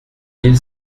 mille